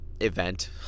event